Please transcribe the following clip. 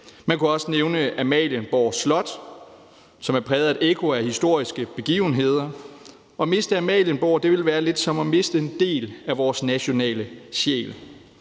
Man kunne også nævne Amalienborg Slot, som er præget af et ekko af historiske begivenheder. At miste Amalienborg ville være lidt som at miste en del af vores nationale sjæl.